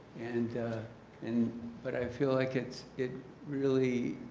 and and but i feel like it it really